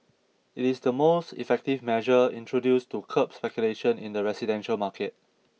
it is the most effective measure introduced to curb speculation in the residential market